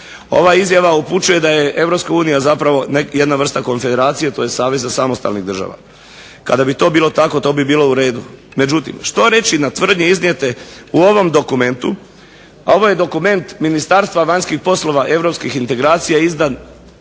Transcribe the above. Ova izjava upućuje da je Europska unija neka vrsta konfederacije tj. saveza samostalnih država, kada bi to bilo tako to bi bilo u redu. Međutim, što reći na tvrdnje iznijete u ovom dokumentu, a ovo je dokument Ministarstva vanjskih poslovanja i europskih integracija izdan